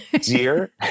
Dear